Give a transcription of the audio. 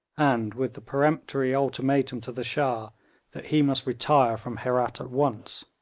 and with the peremptory ultimatum to the shah that he must retire from herat at once.